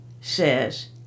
says